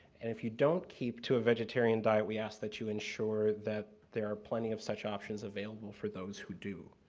and if you don't keep to a vegetarian diet, we ask that you insure that there are plenty of such options available for those who do.